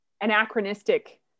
anachronistic